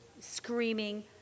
screaming